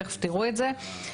תכף תראו את זה.